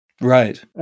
Right